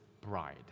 bride